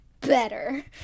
better